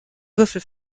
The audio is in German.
würfel